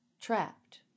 trapped